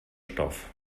stoff